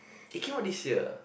it came out this year